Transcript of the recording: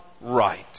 right